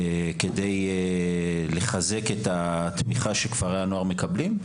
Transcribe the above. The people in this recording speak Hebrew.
כדי לחזק את התמיכה שכפרי הנוער מקבלים,